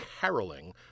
caroling